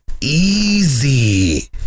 easy